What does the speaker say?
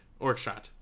Orkshot